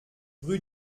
rue